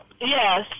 Yes